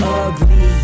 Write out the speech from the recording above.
ugly